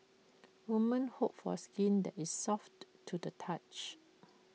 women hope for skin that is soft to the touch